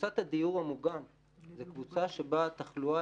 קבוצת הדיור המוגן היא קבוצה שבה התחלואה